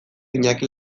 iñaki